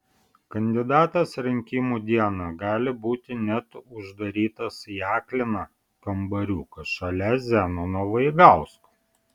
kandidatas rinkimų dieną gali būti net uždarytas į akliną kambariuką šalia zenono vaigausko